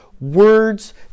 words